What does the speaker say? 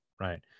right